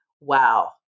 Wow